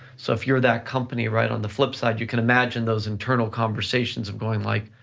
so if you're that company, right, on the flip side, you can imagine those internal conversations of going like,